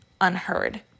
unheard